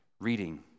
Reading